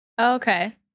Okay